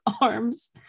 arms